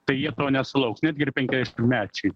tai jie to nesulauks netgi ir penkiasdešimtmečiai